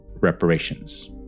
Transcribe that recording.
reparations